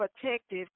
protective